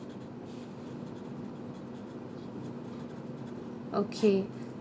okay